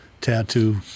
Tattoo